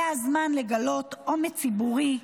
זה הזמן לגלות אומץ ציבורי,